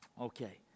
Okay